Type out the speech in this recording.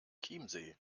chiemsee